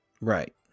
Right